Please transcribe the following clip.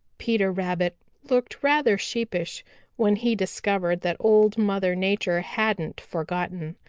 peter rabbit looked rather sheepish when he discovered that old mother nature hadn't for gotten,